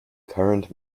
current